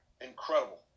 Incredible